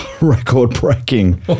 record-breaking